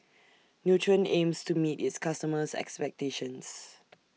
Nutren aims to meet its customers' expectations